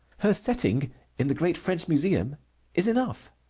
her setting in the great french museum is enough.